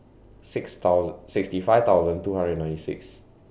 sixty thousand sixty five thousand two hundred and ninety six